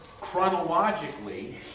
chronologically